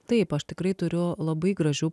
taip aš tikrai turiu labai gražių